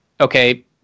okay